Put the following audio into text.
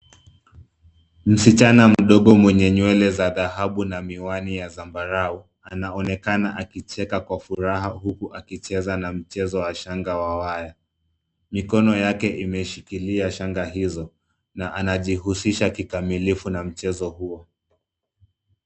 Msichana mdogo mwenye nywele za dhahabu na miwani ya zambarau anaonekana akicheka kwa furaha huku akicheza na mchezo wa shanga ya waya. Mikono yake imezishikilia shanga hizo na anajihusisha kikamilifu na mchezo huo.